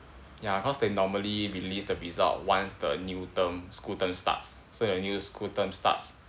ya cause they normally release the result once the new term school term starts so their new school term starts